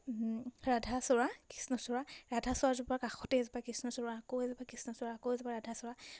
ৰাধাচূড়া কৃষ্ণচূড়া ৰাধাচূড়াজোপা কাষতেই এজোপা কৃষ্ণচূড়া আকৌ এজোপা বা কৃষ্ণচূড়া আকৌ যোৱা ৰাধাচূড়া